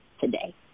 today